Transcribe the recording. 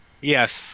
Yes